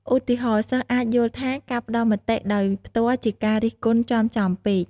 ឧទាហរណ៍ សិស្សអាចយល់ថាការផ្តល់មតិដោយផ្ទាល់ជាការរិះគន់ចំៗពេក។